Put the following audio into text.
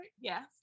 Yes